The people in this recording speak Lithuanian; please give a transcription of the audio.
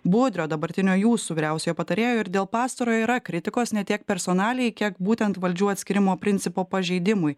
budrio dabartinio jūsų vyriausiojo patarėjo ir dėl pastarojo yra kritikos ne tiek personalijai kiek būtent valdžių atskyrimo principo pažeidimui